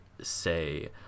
say